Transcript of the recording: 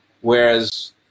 Whereas